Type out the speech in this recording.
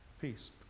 Peace